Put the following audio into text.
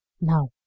Now